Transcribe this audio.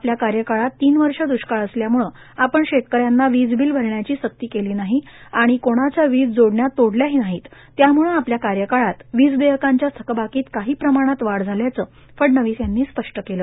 आपल्या कार्यकाळात तीन वर्ष द्रष्काळ असल्यामुळे आपण शेतकऱ्यांना वीज बिल भरण्याची सक्ती केली नाही आणि कोणाच्या वीज जोडण्या तोडल्याही नाही त्यामुळे आपल्या कार्यकाळात वीज देयकांच्या थकबाकीत काही प्रमाणात वाढ झाल्याचं फडणवीस यांनी स्पष्ट केलं